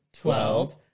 twelve